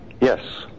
Yes